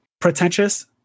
pretentious